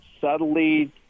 subtly